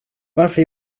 varför